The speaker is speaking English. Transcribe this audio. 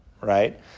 right